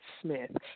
Smith